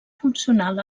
funcional